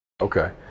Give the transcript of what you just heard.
Okay